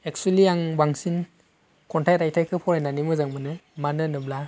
एकसुइलि आं बांसिन खन्थाइ रायथाइखौ फरायनानै मोजां मोनो मानो होनोब्ला